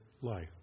life